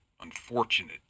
unfortunate